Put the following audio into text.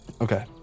Okay